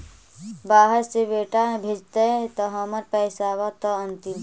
बाहर से बेटा भेजतय त हमर पैसाबा त अंतिम?